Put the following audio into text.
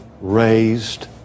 raised